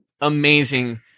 amazing